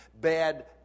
bad